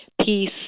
peace